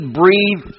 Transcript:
breathe